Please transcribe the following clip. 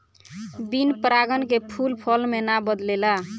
बिन परागन के फूल फल मे ना बदलेला